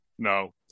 No